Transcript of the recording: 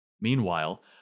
Meanwhile